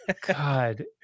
God